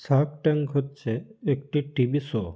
Shark tank হচ্ছে একটি TV show